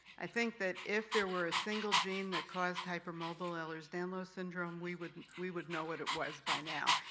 i think that if there were a single gene that caused hypermobile ehlers-danlos syndrome, we would we would know what it was by now.